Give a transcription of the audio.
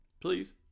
Please